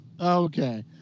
Okay